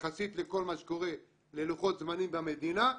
יחסית לכל מה שקורה ללוחות זמנים במדינה,